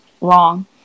wrong